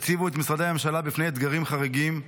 הציבו את משרדי הממשלה בפני אתגרים חריגים,